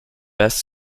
best